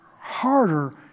harder